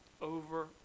over